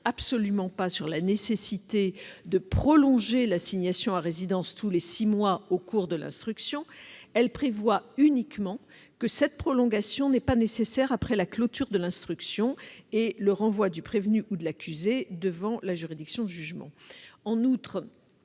absolument pas sur la nécessité de prolonger l'assignation à résidence tous les six mois au cours de l'instruction ; elle prévoit uniquement que cette prolongation n'est pas nécessaire après la clôture de l'instruction et le renvoi du prévenu ou de l'accusé devant la juridiction de jugement. En outre,